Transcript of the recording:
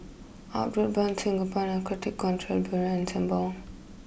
Outward Bound Singapore Narcotic Control Bureau and Sembawang